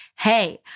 hey